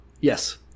yes